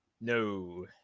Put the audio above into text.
No